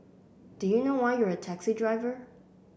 do you know why you're a taxi driver